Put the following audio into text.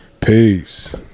Peace